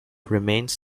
remains